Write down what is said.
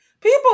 People